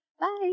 Bye